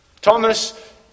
Thomas